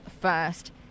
first